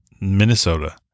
Minnesota